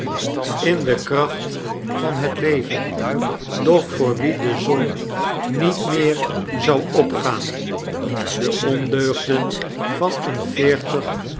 in de krachtt van het levem doch voor wien de zon niet meer zou opgaan de ondeugden van een